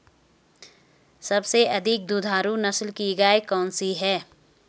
सबसे अधिक दुधारू नस्ल की गाय कौन सी है?